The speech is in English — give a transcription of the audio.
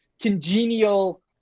congenial